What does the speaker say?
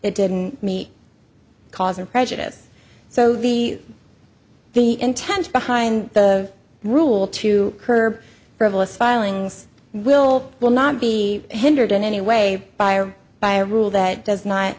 it didn't meet causing prejudice so the the intent behind the rule to curb frivolous filings will will not be hindered in any way by or by a rule that does not